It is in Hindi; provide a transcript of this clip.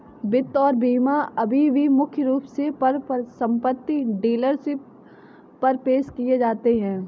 वित्त और बीमा अभी भी मुख्य रूप से परिसंपत्ति डीलरशिप पर पेश किए जाते हैं